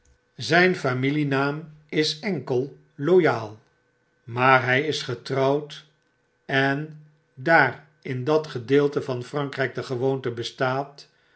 zyn famielienaam is enkel loyal maar hy is getrouwd en daar in dat gedeelte van frankrijk de gewoonte bestaat